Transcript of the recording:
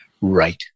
right